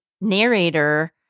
narrator